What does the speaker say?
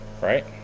Right